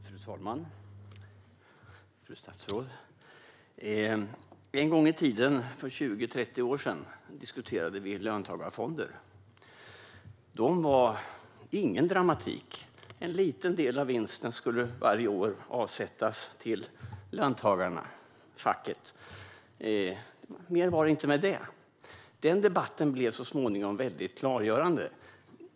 Fru talman! Fru statsråd! En gång i tiden - för 20-30 år sedan - diskuterade vi löntagarfonder. Det var ingen dramatik: En liten del av vinsten skulle varje år avsättas till löntagarna och facket. Mer var det inte med det, men debatten blev så småningom väldigt klargörande.